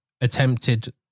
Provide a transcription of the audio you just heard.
attempted